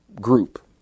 group